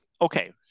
okay